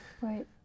Right